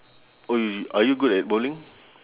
oh y~ are you good at bowling